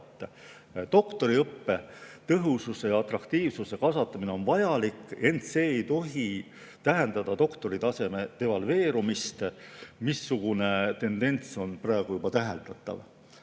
Doktoriõppe tõhususe ja atraktiivsuse kasvatamine on vajalik, ent see ei tohi tähendada doktoritaseme devalveerumist, mis tendents on praegu juba täheldatav.